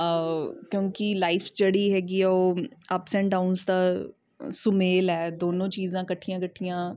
ਕਿਉਂਕਿ ਲਾਈਫ ਜਿਹੜੀ ਹੈਗੀ ਆ ਉਹ ਅਪਸ ਐਂਡ ਡਾਊਨਸ ਦਾ ਸੁਮੇਲ ਹੈ ਦੋਨੋਂ ਚੀਜ਼ਾਂ ਇਕੱਠੀਆਂ ਇਕੱਠੀਆਂ